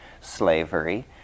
slavery